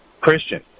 Christian